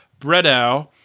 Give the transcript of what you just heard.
Bredow